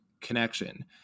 connection